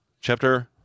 Chapter